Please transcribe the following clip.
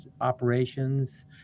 operations